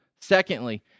Secondly